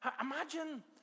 Imagine